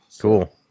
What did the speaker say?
Cool